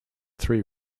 three